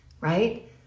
right